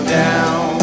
down